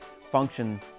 function